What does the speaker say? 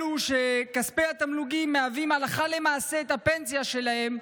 אלו שכספי התמלוגים מהווים הלכה למעשה את הפנסיה שלהם,